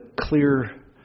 clear